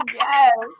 yes